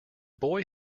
boy